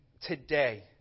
today